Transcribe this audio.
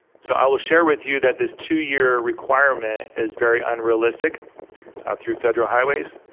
so i will share with you that this two year requirement is very unrealistic through federal highways.